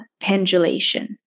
pendulation